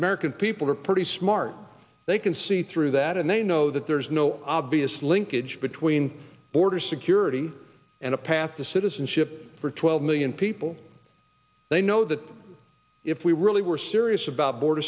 american people are pretty smart they can see through that and they know that there's no obvious linkage between border security and a path to citizenship for twelve million people they know that if we really were serious about border